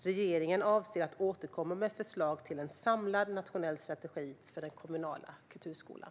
Regeringen avser att återkomma med förslag till en samlad nationell strategi för den kommunala kulturskolan.